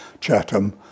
Chatham